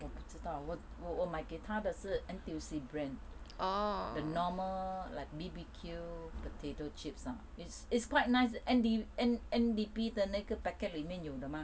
我不知道我我我买给她的是 N_T_U_C brand the normal like B_B_Q potato chips ah it's it's quite nice 的那个 packet 里面有的 mah